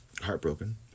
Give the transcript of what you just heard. heartbroken